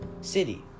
city